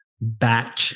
back